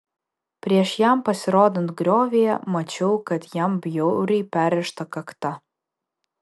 prieš jam pasirodant griovyje mačiau kad jam bjauriai perrėžta kakta